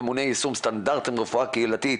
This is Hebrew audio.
ממונה יישום סטנדרטים רפואה קהילתית